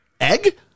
Egg